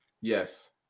Yes